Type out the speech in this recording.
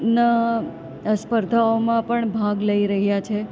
ના સ્પર્ધાઓમાં પણ ભાગ લઈ રહ્યા છે